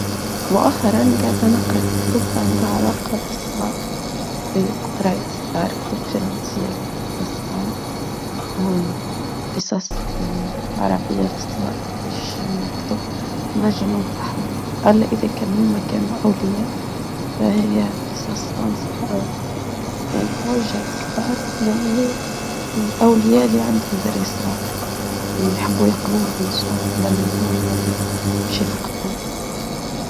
مؤخراً قاعدة نقرأ في كتب عندها علاقة بالصغار بقرأة الصغار كتب فرنسية للصغار قصص العربية للصغار مش يعني كتب نجم وانصحها وحد ألا إذا كان هم ما كانوا أولياء فهي قصص تنصحها يعني موجة للصغار للأولياء اللي عندهم ذري صغار يحبوا يقرؤوا نصوى قبل النوم ولا بشي ثقفو.